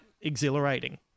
exhilarating